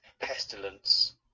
pestilence